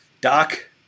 Doc